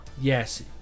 yes